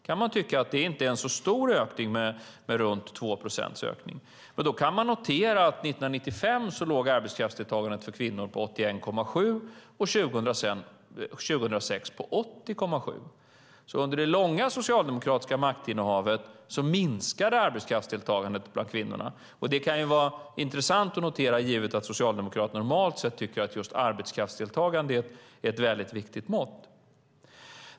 Man kan tycka att det inte är en så stor ökning med runt 2 procent. Men då kan man notera att arbetskraftsdeltagandet för kvinnor 1995 låg på 81,7 procent och 2006 på 80,7 procent. Under det långa socialdemokratiska maktinnehavet minskade arbetskraftsdeltagandet bland kvinnorna. Det kan vara intressant att notera givet att Socialdemokraterna normalt sett tycker att just arbetskraftsdeltagande är ett mycket viktigt mått.